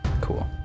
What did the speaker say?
Cool